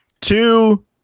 two